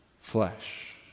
flesh